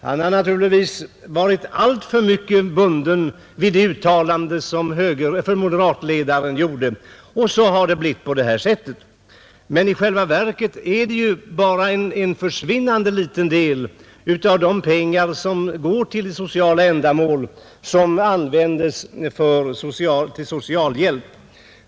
Han har givetvis varit alltför mycket bunden vid det uttalande som moderatledaren gjorde, och så har det blivit på det här sättet. Men i själva verket är det ju bara en försvinnande liten del av de pengar som går till sociala ändamål som används till socialhjälp.